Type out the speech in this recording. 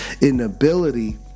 inability